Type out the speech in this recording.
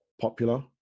popular